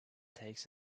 takes